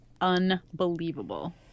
unbelievable